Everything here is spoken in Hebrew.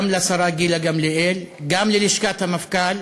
גם לשרה גילה גמליאל וגם ללשכת המפכ"ל,